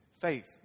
faith